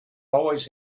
always